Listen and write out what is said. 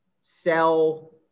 sell